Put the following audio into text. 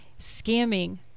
scamming